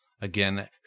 Again